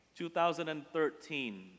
2013